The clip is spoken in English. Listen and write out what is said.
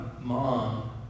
mom